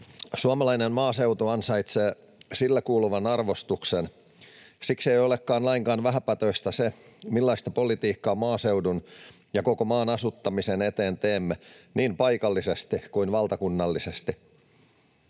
Suomalainen maaseutu ansaitsee sille kuuluvan arvostuksen. Siksi ei olekaan lainkaan vähäpätöistä se, millaista politiikkaa maaseudun ja koko maan asuttamisen eteen teemme niin paikallisesti kuin valtakunnallisesti.